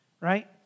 right